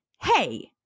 Hey